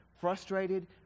frustrated